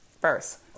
first